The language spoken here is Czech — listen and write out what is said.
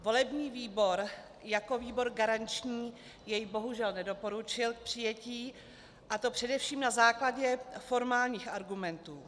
Volební výbor jako výbor garanční jej bohužel nedoporučil k přijetí, a to především na základě formálních argumentů.